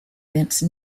vince